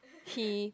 he